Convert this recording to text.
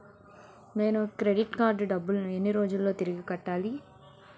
నేను credit card డబ్బును ఎన్ని రోజుల్లో తిరిగి కట్టాలి?